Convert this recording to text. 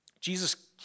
Jesus